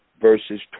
verses